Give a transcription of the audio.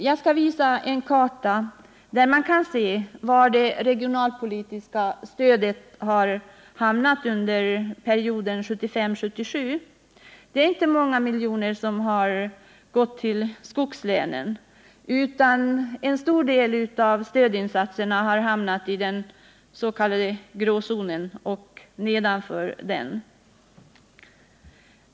Jag skall på TV-skärmen visa en karta där man kan se var det regionalpolitiska stödet har hamnat under perioden 1975-1977. Det är inte många miljoner som har gått till skogslänen. En stor del av stödinsatserna har hamnat i den s.k. grå zonen och söder om den.